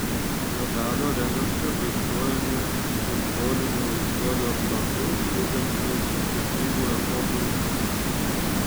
medalio reverse vaizduojami simboliniu istorijos ratu judantys skirtingų epochų vyčiai